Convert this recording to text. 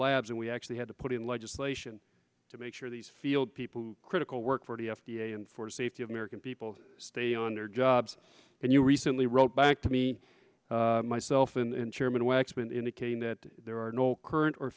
labs and we actually had to put in legislation to make sure these field people critical work for the f d a and for the safety of american people stay on their jobs and you recently wrote back to me myself and chairman waxman indicating that there are no current or